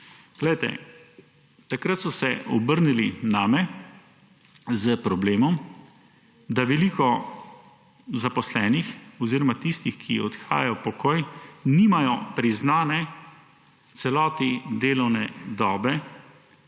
Glejte, takrat so se obrnili name s problemom, da veliko zaposlenih oziroma tistih, ki odhajajo v pokoj, nimajo priznane v celoti delovne dobe